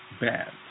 bad